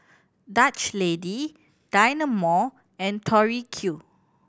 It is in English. Dutch Lady Dynamo and Tori Q